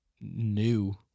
new